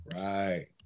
right